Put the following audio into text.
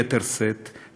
ביתר שאת,